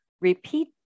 repeat